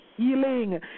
healing